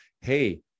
hey